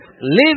live